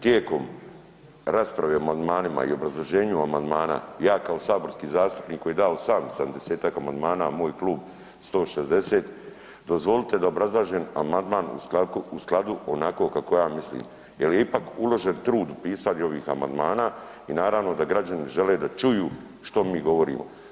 Tijekom rasprave o amandmanima i obrazloženju amandmana ja kao saborski zastupnik koji je dao sam 70-tak amandmana, moj klub 160, dozvolite da obrazlažem amandman u skladu onako kako ja mislim jel je ipak uložen trud u pisanju ovih amandmana i naravno da građani žele da čuju što mi govorimo.